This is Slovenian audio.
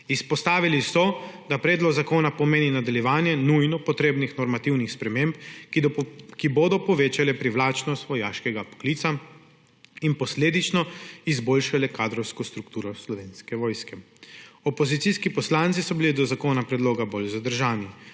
Izpostavili so, da predlog zakona pomeni nadaljevanje nujno potrebnih normativnih sprememb, ki bodo povečale privlačnost vojaškega poklica in posledično izboljšale kadrovsko strukturo Slovenske vojske. Opozicijski poslanci so bili do zakona predloga bolj zadržani.